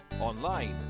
online